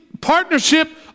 partnership